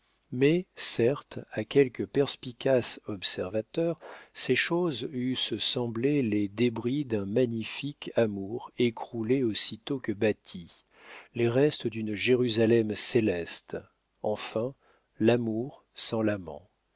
mais certes à quelque perspicace observateur ces choses eussent semblé les débris d'un magnifique amour écroulé aussitôt que bâti les restes d'une jérusalem céleste enfin l'amour sans l'amant